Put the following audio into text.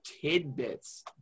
tidbits